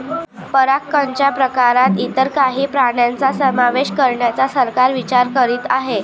परागकणच्या प्रकारात इतर काही प्राण्यांचा समावेश करण्याचा सरकार विचार करीत आहे